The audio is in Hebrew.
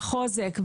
החוזק,